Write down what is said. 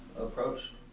approach